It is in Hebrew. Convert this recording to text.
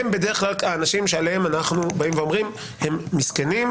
הם בדרך כלל האנשים שעליהם אנחנו אומרים: הם מסכנים,